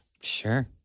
Sure